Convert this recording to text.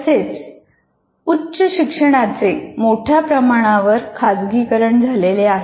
तसेच उच्च शिक्षणाचे मोठ्या प्रमाणावर खाजगीकरण झालेले आहे